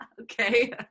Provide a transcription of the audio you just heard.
okay